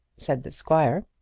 said the squire.